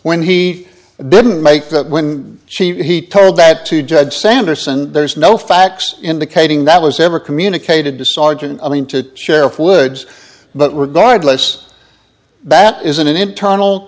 when he didn't make that when she he told that to judge sanderson there's no facts indicating that was ever communicated to sergeant i mean to sheriff woods but regardless that is an internal